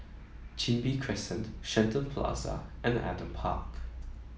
Chin Bee Crescent Shenton Plaza and Adam Park